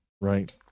Right